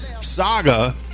saga